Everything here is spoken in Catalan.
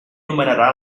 nomenarà